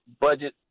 budget